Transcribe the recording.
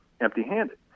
empty-handed